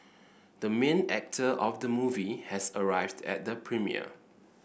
the main actor of the movie has arrived at the premiere